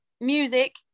music